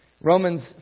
Romans